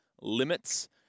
limits